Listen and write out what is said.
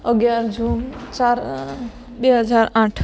અગિયાર જૂન ચાર બે હજાર આઠ